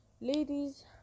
Ladies